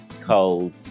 cold